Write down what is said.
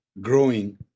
growing